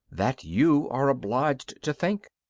that you are obliged to think.